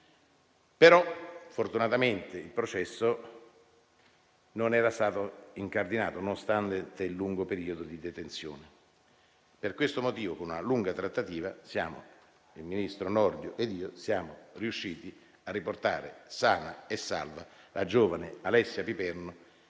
Salis. Fortunatamente però il processo non era stato incardinato, nonostante il lungo periodo di detenzione. Per questo motivo, con una lunga trattativa, il ministro Nordio ed io siamo riusciti a riportare sana e salva la giovane Alessia Piperno